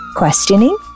questioning